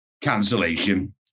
cancellation